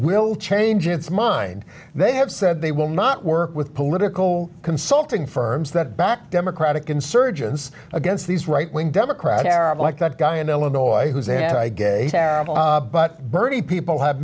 will change its mind they have said they will not work with political consulting firms that backed democratic insurgence against these right wing democrat arab like that guy in illinois who they have but bertie people h